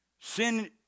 Sin